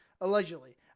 Allegedly